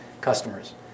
customers